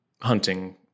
hunting